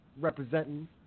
representing